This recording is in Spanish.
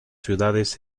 ciudades